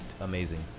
amazing